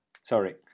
Sorry